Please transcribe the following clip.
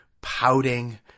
pouting